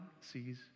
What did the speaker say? sees